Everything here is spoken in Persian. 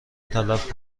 تلف